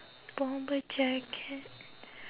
bomber jacket